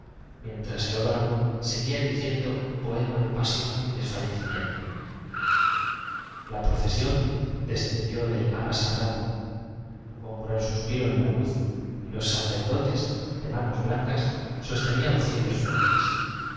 mientras el órgano seguía diciendo un poema de pasión y desfallecimiento la procesión descendió del ara sagrada hubo un gran suspiro en la luz y los sacerdotes de manos blancas sostenían cirios fuertes